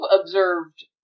observed